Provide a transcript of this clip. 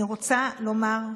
אני רוצה לומר,